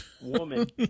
woman